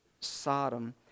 Sodom